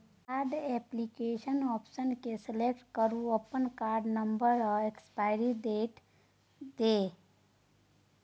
card activation option केँ select करु अपन कार्ड नंबर आ एक्सपाइरी डेट दए